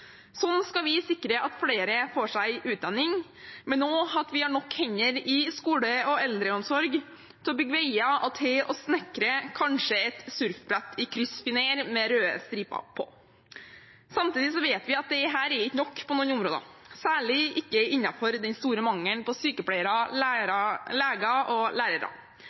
skal vi sikre at flere får seg en utdanning, men også at vi har nok hender i skole og eldreomsorg og til å bygge veier – og kanskje til å snekre et «surfbrett i kryssfinèr med raude striper på». Samtidig vet vi at dette på noen områder ikke er nok, særlig ikke når det gjelder den store mangelen på sykepleiere, leger og lærere.